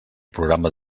programa